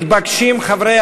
מתבקשים חברי